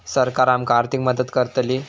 सरकार आमका आर्थिक मदत करतली?